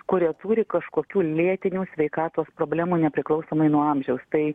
kurie turi kažkokių lėtinių sveikatos problemų nepriklausomai nuo amžiaus tai